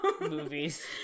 Movies